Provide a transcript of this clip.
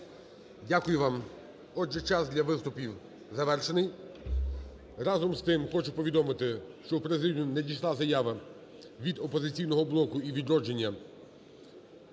Дякую вам. Отже, час для виступів завершений. Разом з тим хочу повідомити, що в президію надійшла заява від "Опозиційного блоку" і "Відродження"